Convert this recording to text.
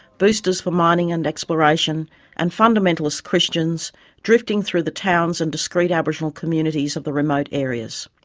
boosters for mining and exploration and fundamentalist christians drifted through the towns and discrete aboriginal communities of the remote areas.